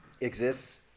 exists